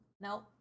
no